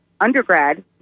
undergrad